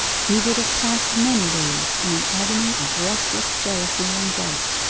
he would have passed many days in an agony of restless jealousy and doubt.